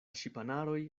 ŝipanaro